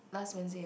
last Wednesday ah